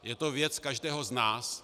Je to věc každého z nás.